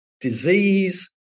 disease